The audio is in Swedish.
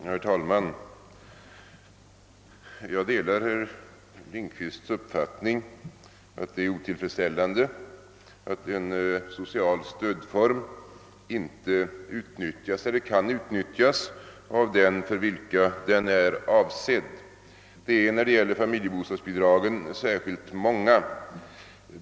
Herr talman! Jag delar herr Lindkvists uppfattning att det är otillfredsställande att en social stödform inte kan utnyttjas av dem för vilka den är avsedd. När det gäller familjebostadsbidragen är dessa särskilt många.